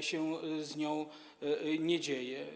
się z nią nie dzieje.